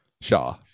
Shaw